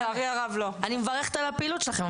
אני מברכת על הפעילות שלכם.